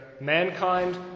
mankind